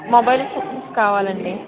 mobile phones కావాలి అండి